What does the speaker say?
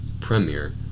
Premiere